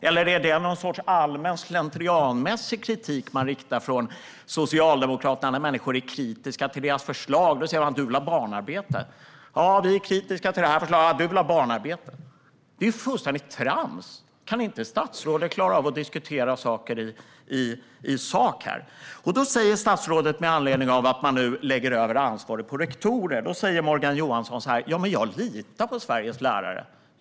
Eller är det någon sorts allmän, slentrianmässig kritik man riktar från Socialdemokraternas håll när människor är kritiska till deras förslag? Då säger man: Du vill ha barnarbete. Det är ju fullständigt trams! Kan inte statsrådet klara av att diskutera i sak? Morgan Johansson säger, med anledning av att man nu lägger över ansvaret på rektorer, att han litar på Sveriges lärare.